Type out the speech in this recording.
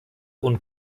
und